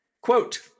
Quote